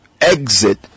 exit